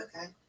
okay